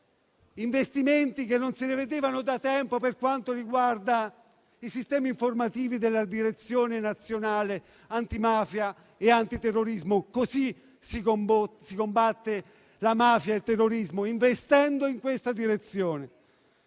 investimenti che non si vedevano da tempo per quanto riguarda i sistemi informativi della Direzione nazionale antimafia e antiterrorismo. Così si combattono la mafia ed il terrorismo: investendo in tale direzione.